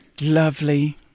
Lovely